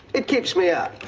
it keeps me up.